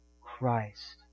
Christ